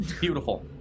Beautiful